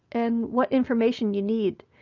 and what information you need,